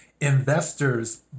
investors